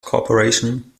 corporation